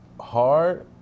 hard